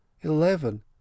eleven